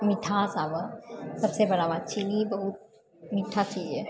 मिठास आबऽ सबसँ बड़ा बात चीनी बहुत मिठा चीज है